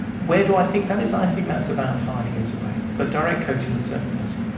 where do i think that is? i think that's about five years away, but direct coating is certainly possible.